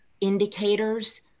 indicators